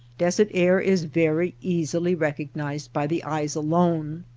desert air is very easily recog nized by the eyes alone.